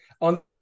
On